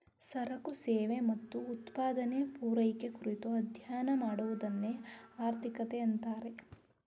ಸರಕು ಸೇವೆ ಮತ್ತು ಉತ್ಪಾದನೆ, ಪೂರೈಕೆ ಕುರಿತು ಅಧ್ಯಯನ ಮಾಡುವದನ್ನೆ ಆರ್ಥಿಕತೆ ಅಂತಾರೆ